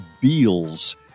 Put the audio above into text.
Beals